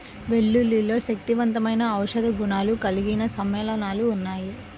వెల్లుల్లిలో శక్తివంతమైన ఔషధ గుణాలు కలిగిన సమ్మేళనాలు ఉన్నాయి